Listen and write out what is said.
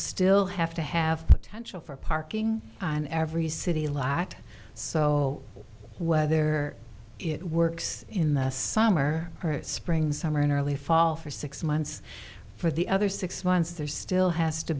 still have to have potential for parking in every city lot so whether it works in the summer or spring summer and early fall for six months for the other six months there still has to